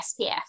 spf